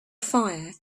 fire